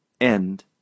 End